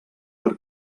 per